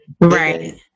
Right